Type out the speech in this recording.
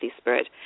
Spirit